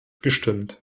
gestimmt